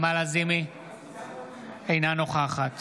אינה נוכחת